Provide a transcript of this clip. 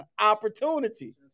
opportunity